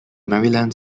maryland